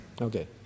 Okay